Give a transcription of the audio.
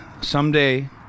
someday